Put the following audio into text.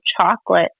chocolate